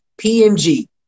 PMG